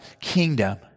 kingdom